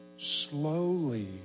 slowly